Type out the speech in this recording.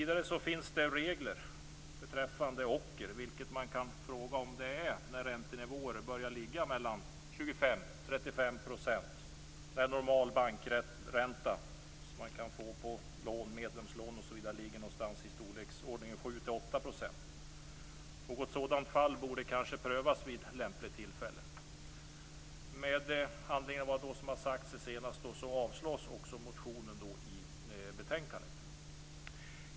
Det finns vidare regler beträffande ocker, och man kan fråga sig om det inte är fråga om ocker när räntenivåer börjar hamna mellan 25 och 35 % samtidigt som normal bankränta på medlemslån osv. ligger i storleksordningen 7-8 %. Något sådant fall borde kanske prövas vid lämpligt tillfälle. Med hänvisning till de skäl som nyss anförts avstyrks motionen i betänkandet.